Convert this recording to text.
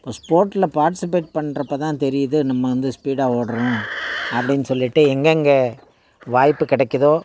அப்போது ஸ்போர்ட்ஸில் பார்ட்டிஸிபேட் பண்றப்ப்ோ தான் தெரியுது நம்ம வந்து ஸ்பீடாக ஓடுறோம் அப்படின்னு சொல்லிவிட்டு எங்கெங்கே வாய்ப்பு கிடைக்குதோ